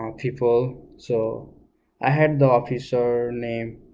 um people so i had the officer name